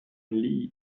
lied